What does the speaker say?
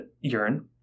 urine